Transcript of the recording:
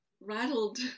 rattled